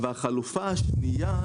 והחלופה השנייה,